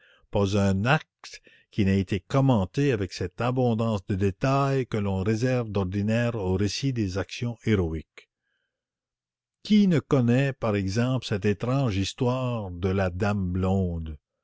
pas un acte qui n'ait été commenté avec cette abondance de détails que l'on réserve d'ordinaire au récit des actions héroïques qui ne connaît par exemple cette étrange histoire de la dame blonde